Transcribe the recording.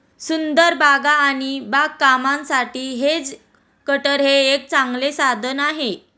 सुंदर बागा आणि बागकामासाठी हेज कटर हे एक चांगले साधन आहे